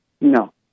No